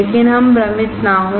लेकिन हम भ्रमित न हों